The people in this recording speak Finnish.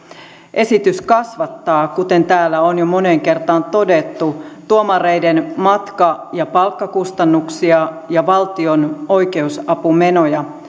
esitys kasvattaa kuten täällä on jo moneen kertaan todettu tuomareiden matka ja palkkakustannuksia ja valtion oikeusapumenoja